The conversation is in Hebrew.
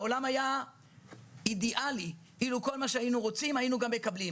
העולם היה אידיאלי אילו כל מה שהיינו רוצים היינו גם מקבלים.